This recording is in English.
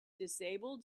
disabled